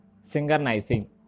synchronizing